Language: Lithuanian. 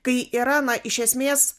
kai yra na iš esmės